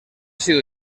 sido